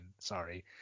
sorry